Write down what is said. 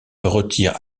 retire